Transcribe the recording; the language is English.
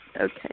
Okay